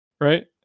right